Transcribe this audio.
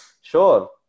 sure